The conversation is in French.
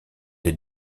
des